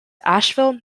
asheville